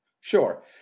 Sure